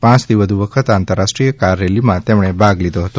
પાંચથી વધુ વખત આંતરરાષ્ટ્રીય કાર રેલીમાં ભાગ લીધો છે